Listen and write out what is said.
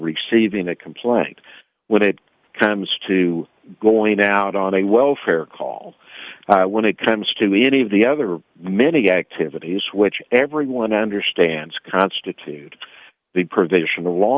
receiving a complaint when it comes to going out on a welfare call when it comes to any of the other many activities which everyone understands constitute the provision of law